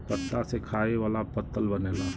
पत्ता से खाए वाला पत्तल बनेला